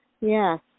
Yes